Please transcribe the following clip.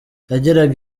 yageraga